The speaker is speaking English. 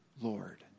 Lord